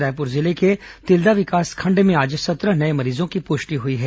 रायपुर जिले के तिल्दा विकासखंड में आज सत्रह नये मरीजों की पृष्टि हई है